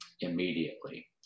immediately